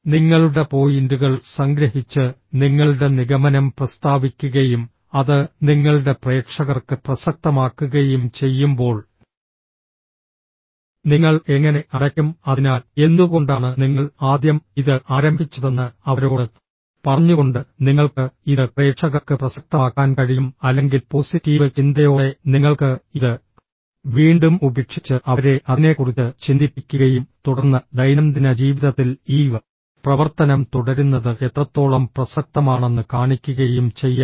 നിങ്ങളുടെ പോയിന്റുകൾ സംഗ്രഹിച്ച് നിങ്ങളുടെ നിഗമനം പ്രസ്താവിക്കുകയും അത് നിങ്ങളുടെ പ്രേക്ഷകർക്ക് പ്രസക്തമാക്കുകയും ചെയ്യുമ്പോൾ നിങ്ങൾ എങ്ങനെ അടയ്ക്കും അതിനാൽ എന്തുകൊണ്ടാണ് നിങ്ങൾ ആദ്യം ഇത് ആരംഭിച്ചതെന്ന് അവരോട് പറഞ്ഞുകൊണ്ട് നിങ്ങൾക്ക് ഇത് പ്രേക്ഷകർക്ക് പ്രസക്തമാക്കാൻ കഴിയും അല്ലെങ്കിൽ പോസിറ്റീവ് ചിന്തയോടെ നിങ്ങൾക്ക് ഇത് വീണ്ടും ഉപേക്ഷിച്ച് അവരെ അതിനെക്കുറിച്ച് ചിന്തിപ്പിക്കുകയും തുടർന്ന് ദൈനംദിന ജീവിതത്തിൽ ഈ പ്രവർത്തനം തുടരുന്നത് എത്രത്തോളം പ്രസക്തമാണെന്ന് കാണിക്കുകയും ചെയ്യാം